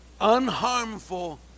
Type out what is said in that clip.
unharmful